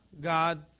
God